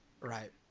Right